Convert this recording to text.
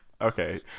Okay